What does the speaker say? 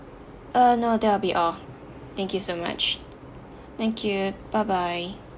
uh no that will be all thank you so much thank you bye bye